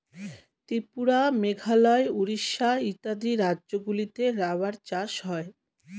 ত্রিপুরা, মেঘালয়, উড়িষ্যা ইত্যাদি রাজ্যগুলিতে রাবার চাষ হয়